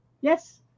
Yes